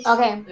Okay